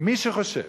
מי שחושב